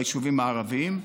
ביישובים הערביים.